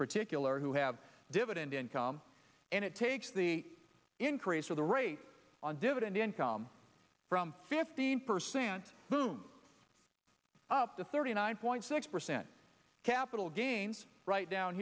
particular who have dividend income and it takes the increase of the rate on dividend income from fifteen percent whom up to thirty nine point six percent capital gains right down